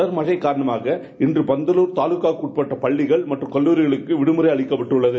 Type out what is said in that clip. தொடர்மனழ காணமாக இன்று பந்தலார் தாலுக்காவிற்கு உட்பட்ட பள்ளி மற்றும் கல்லாரிகளுக்கு இன்று விடுமுறை அறிவிக்கப்பட்டுள்ளது